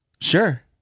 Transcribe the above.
sure